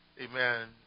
amen